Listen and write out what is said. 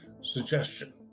suggestion